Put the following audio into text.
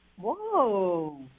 Whoa